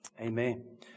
Amen